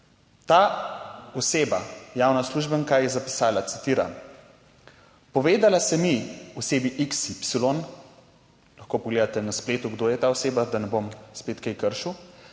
Ta oseba, javna uslužbenka, je zapisala, citiram: "Povedala sem ji…"- osebi XY, lahko pogledate na spletu, kdo je ta oseba, da ne bom spet kaj kršil,